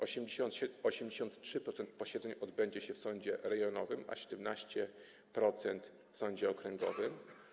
83% posiedzeń odbędzie się w sądzie rejonowym, a 17% - w sądzie okręgowym.